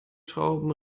schrauben